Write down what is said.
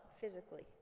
physically